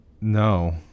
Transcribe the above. No